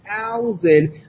thousand